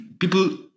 people